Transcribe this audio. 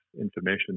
information